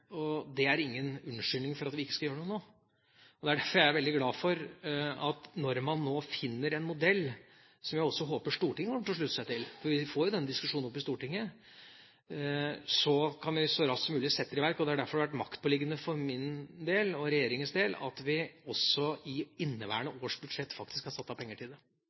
regjeringer. Det er ingen unnskyldning for at vi ikke skal gjøre noe nå. Det er derfor jeg er veldig glad for at når man nå finner en modell, som jeg håper også Stortinget kommer til å slutte seg til – for vi får jo den diskusjonen opp i Stortinget – så kan vi så raskt som mulig sette det i verk. Det er derfor det har vært maktpåliggende for min del – og for regjeringas del – at vi også i inneværende års budsjett faktisk har satt av penger til det,